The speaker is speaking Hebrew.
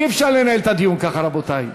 אי-אפשר לנהל את הדיון ככה, רבותי.